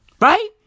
Right